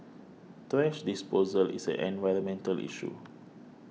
thrash disposal is an environmental issue